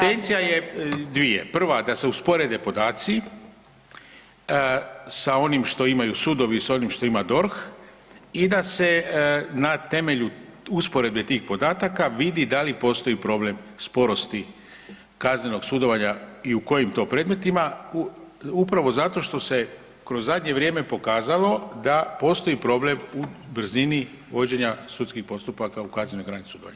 Intencija je dvije, prva da se usporede podaci sa onim što imaju sudovi sa onim što ima DORH i da se na temelju usporedbe tih podataka vidi da li postoji problem sporosti kaznenog sudovanja i u kojim to predmetima upravo zato što se kroz zadnje vrijeme pokazalo da postoji problem u brzini vođenja sudskim postupaka u kaznenoj grani sudovanja.